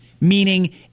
Meaning